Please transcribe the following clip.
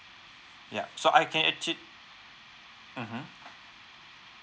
yeah so I can actua~ mmhmm